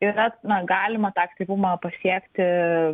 ir net na galima tą aktyvumą pasiekti